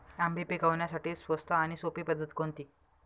आंबे पिकवण्यासाठी स्वस्त आणि सोपी पद्धत कोणती?